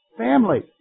Family